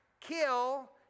kill